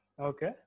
okay